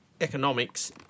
economics